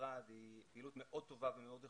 במשרד היא פעילות מאוד טובה ומאוד איכותית,